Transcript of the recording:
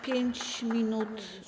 5 minut.